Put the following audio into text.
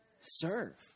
Serve